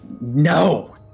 no